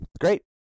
great